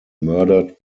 murdered